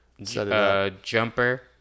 Jumper